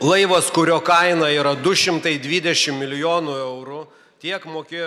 laivas kurio kaina yra du šimtai dvidešim milijonų eurų tiek mokėjo